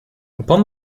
upon